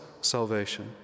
salvation